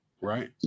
right